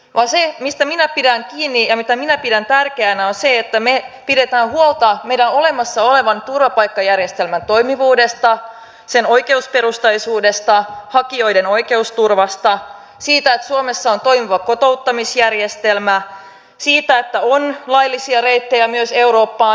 se mistä minä pidän kiinni ja mitä minä pidän tärkeänä on se että me pidämme huolta meidän olemassa olevan turvapaikkajärjestelmämme toimivuudesta sen oikeusperusteisuudesta hakijoiden oikeusturvasta siitä että suomessa on toimiva kotouttamisjärjestelmä siitä että on laillisia reittejä myös eurooppaan